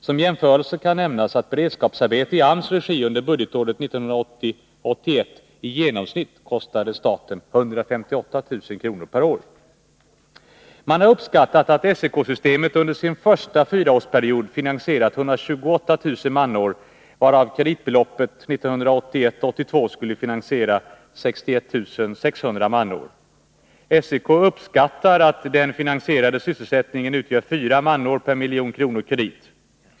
Som jämförelse kan nämnas att beredskapsarbeten i AMS regi under budgetåret 1980 82 skulle finansiera 61 600 manår. SEK uppskattar att den finansierade sysselsättningen utgör fyra manår per miljon kronor kredit.